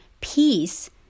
Peace